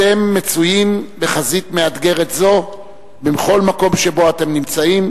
אתם מצויים בחזית מאתגרת זו בכל מקום שבו אתם נמצאים,